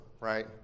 right